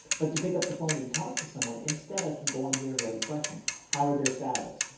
but to pick up the phone and talk to someone instead, i can go on here and write a question. how are their salads?